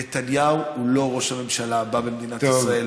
נתניהו הוא לא ראש הממשלה הבא במדינת ישראל.